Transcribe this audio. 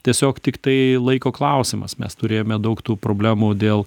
tiesiog tiktai laiko klausimas mes turėjome daug tų problemų dėl